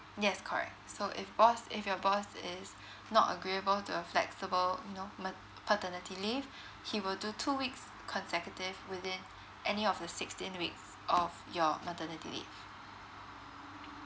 yes correct so if boss if your boss is not agreeable to a flexible you know ma~ paternity leave he will do two weeks consecutive within any of the sixteen weeks of your maternity leave